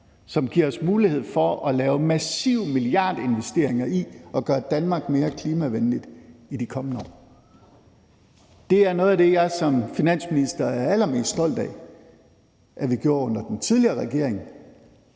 som giver os mulighed for at lave massive milliardinvesteringer i at gøre Danmark mere klimavenligt i de kommende år. Det er noget af det, jeg som finansminister er allermest stolt af at vi gjorde under den tidligere regering,